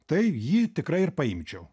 tai jį tikrai ir paimčiau